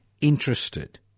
interested